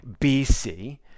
BC